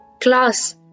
Class